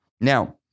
Now